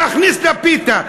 להכניס לפיתה.